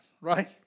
right